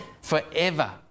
forever